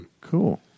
Cool